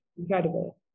Incredible